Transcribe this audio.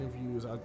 interviews